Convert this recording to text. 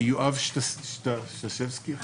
יואב סטשבסקי הוא